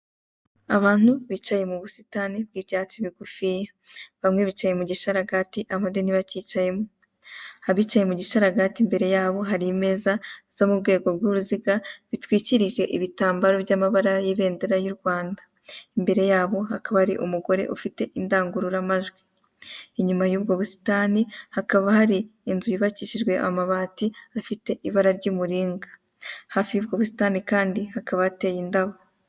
Abantu bicaye mu busitani bw'ibyatsi bigufiya. Bamwe bicaye mu gisharagati abandi ntibakicayemo. Abicaye mu gisharagati imbere yabo hari imeza zo mu rwego rw'uruziga zitwikirije ibitambaro by'amabara y'ibendera y'u Rwanda. Imbere yabo hakaba hari umugore ufite indangururamajwi. Inyuma y'ubwo busitani hakaba hari inzu yubakishijwe amabati afite ibara ry'umuringa. Hafi y'ubwo busitani kandi hakaba hateye indabo.